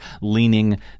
leaning